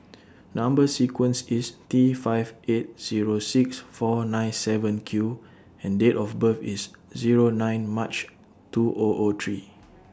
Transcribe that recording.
Number sequence IS T five eight Zero six four nine seven Q and Date of birth IS Zero nine March two O O three